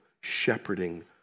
shepherding